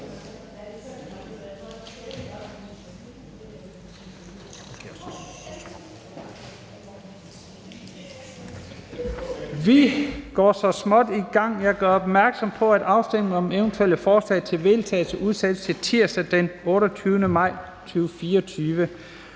Vi går så småt i gang. Jeg gør opmærksom på, at afstemning om eventuelle forslag til vedtagelse udsættes til tirsdag den 28. maj 2024.